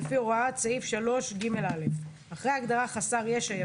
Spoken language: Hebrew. לפי הוראות סעיף 3ג(א);"; (ג)אחרי ההגדרה "חסר ישע"